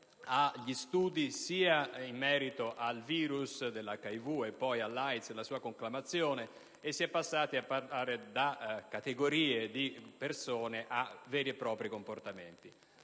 dagli studi sul virus dell'HIV e sull'AIDS, la sua conclamazione, e si è passati dal parlare di categorie di persone a veri e propri comportamenti.